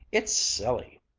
it's silly!